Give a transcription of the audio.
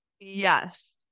Yes